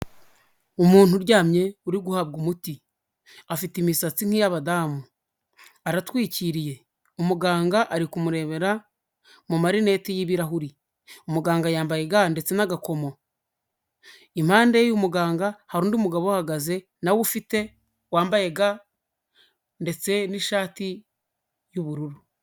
Umuntu uryamye uri guhabwa umuti afite imisatsi nk'iy'abadamu aratwikiriye, umuganga ari kumurebera mu marineti y'ibirahuri, umuganga yambaye ga ndetse n'agakomo impande y'umuganga hari undi mugabo uhagaze nawe ufite wambaye ga ndetse n'ishati y'ubururu.